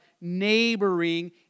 neighboring